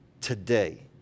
today